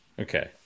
Okay